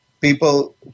people